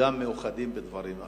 וגם מאוחדים בדברים אחרים.